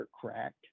cracked